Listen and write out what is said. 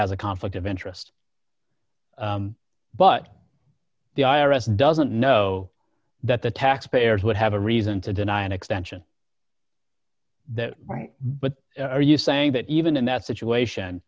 has a conflict of interest but the i r s doesn't know that the taxpayers would have a reason to deny an extension that right but are you saying that even in that situation